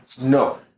no